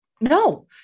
No